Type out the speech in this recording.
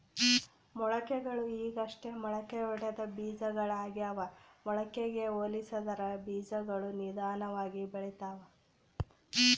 ಮೊಳಕೆಗಳು ಈಗಷ್ಟೇ ಮೊಳಕೆಯೊಡೆದ ಬೀಜಗಳಾಗ್ಯಾವ ಮೊಳಕೆಗೆ ಹೋಲಿಸಿದರ ಬೀಜಗಳು ನಿಧಾನವಾಗಿ ಬೆಳಿತವ